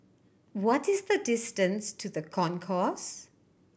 what is the distance to The Concourse